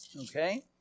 Okay